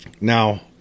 now